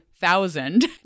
thousand